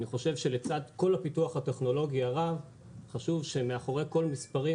אני חושב שלצד כל הפיתוח הטכנולוגי הרב חשוב שמאחורי כל המספרים,